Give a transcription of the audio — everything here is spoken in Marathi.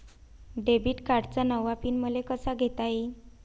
डेबिट कार्डचा नवा पिन मले कसा घेता येईन?